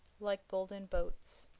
like golden boats,